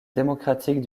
démocratique